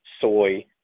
soy